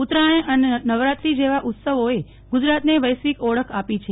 ઉત્રાયત અને નવરાત્રી જેવા ઉત્સવોએ ગુજરાતને વૈશ્વિક ઓળખ અપી છે